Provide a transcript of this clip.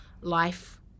life